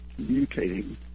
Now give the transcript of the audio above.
mutating